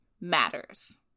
matters